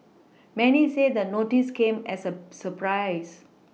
many say the notice came as a surprise